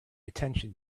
attention